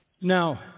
Now